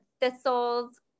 thistles